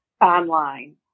online